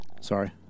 sorry